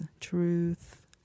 truth